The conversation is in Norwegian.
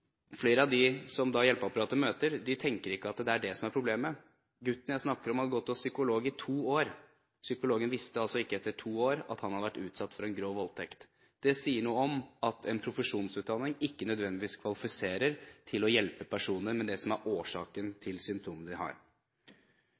flere av dem som hjelpeapparatet møter, tenker ikke at det er det som er problemet. Gutten jeg snakker om, hadde gått hos psykolog i to år. Psykologen visste etter to år altså ikke at han hadde vært utsatt for en grov voldtekt. Det sier noe om at en profesjonsutdanning ikke nødvendigvis kvalifiserer til å hjelpe personer med det som er årsaken